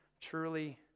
truly